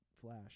flash